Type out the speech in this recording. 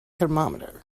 thermometer